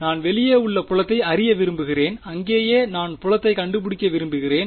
நான் வெளியே உள்ள புலத்தை அறிய விரும்புகிறேன் அங்கேயே நான் புலத்தை கண்டுபிடிக்க விரும்புகிறேன்